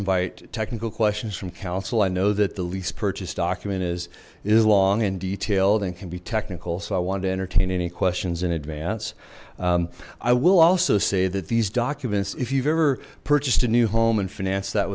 invite technical questions from council i know that the lease purchase document is is long and detailed and can be technical so i wanted to entertain any questions in advance i will also say that these documents if you've ever purchased a new home and financed that